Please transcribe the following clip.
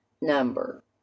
number